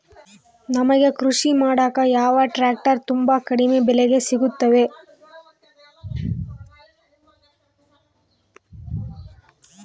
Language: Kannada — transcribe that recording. ನಮಗೆ ಕೃಷಿ ಮಾಡಾಕ ಯಾವ ಟ್ರ್ಯಾಕ್ಟರ್ ತುಂಬಾ ಕಡಿಮೆ ಬೆಲೆಗೆ ಸಿಗುತ್ತವೆ?